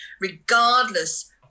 regardless